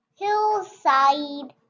hillside